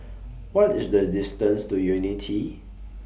What IS The distance to Unity